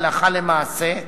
הלכה למעשה,